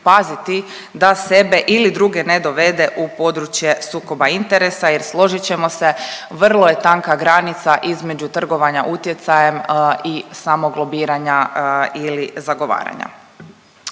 da sebe ili druge ne dovede u područje sukoba interesa, jer složit ćemo se, vrlo je tanka granica između trgovanja utjecajem i samog lobiranja ili zagovaranja.